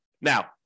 Now